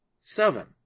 Seven